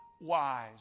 wise